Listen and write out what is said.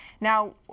Now